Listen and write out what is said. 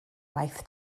waith